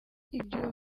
iby’ubu